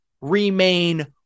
remain